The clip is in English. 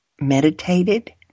meditated